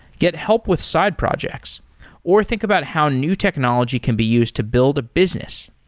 get help with side projects or think about how new technology can be used to build a business.